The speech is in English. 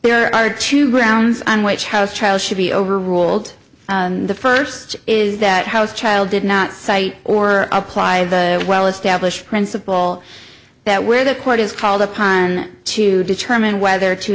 there are two grounds on which house trial should be overruled and the first is that house child did not cite or apply the well established principle that where the court is called upon to determine whether to